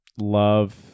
love